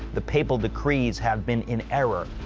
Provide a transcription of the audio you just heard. the papal decrees have been in error.